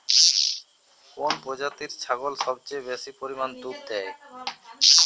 কোন প্রজাতির ছাগল সবচেয়ে বেশি পরিমাণ দুধ দেয়?